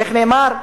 איך נאמר?